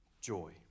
joy